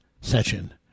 session